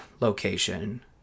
location